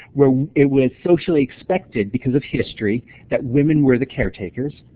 where it was socially expected because of history that women were the caretakers,